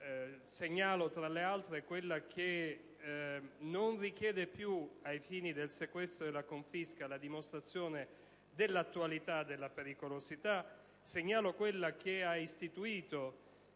Segnalo, tra le altre, quella che non richiede più, ai fini del sequestro e della confisca, la dimostrazione dell'attualità della pericolosità; segnalo, inoltre, quella che ha istituito,